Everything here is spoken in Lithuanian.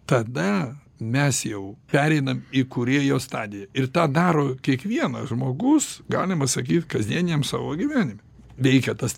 tada mes jau pereinam į kūrėjo stadiją ir tą daro kiekvienas žmogus galima sakyt kasdieniniam savo gyvenime veikia tas